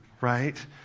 right